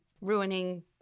ruining